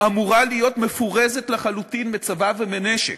אמורה להיות מפורזת לחלוטין מצבא ומנשק.